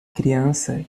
criança